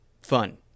Fun